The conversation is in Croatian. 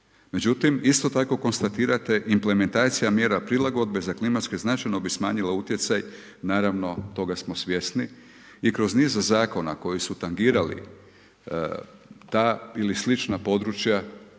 Međutim, isto tako konstatirate implementaciju mjera prilagodbe, za klimatsku, značajno bi smanjilo utjecaj, naravno toga smo svjesni i kroz niz zakona koja su tangirali, ta ili slična područja,